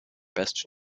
best